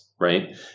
right